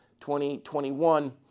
2021